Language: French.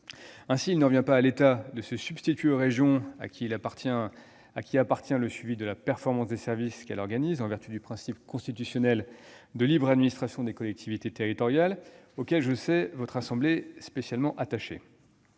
Ainsi, il ne revient pas à l'État de se substituer aux régions, à qui appartient le suivi de la performance des services qu'elles organisent, en vertu du principe constitutionnel de libre administration des collectivités territoriales, auquel je sais votre assemblée spécialement attachée.